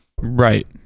Right